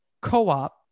co-op